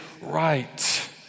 right